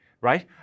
right